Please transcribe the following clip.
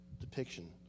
depiction